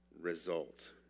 result